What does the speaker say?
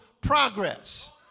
progress